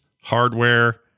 hardware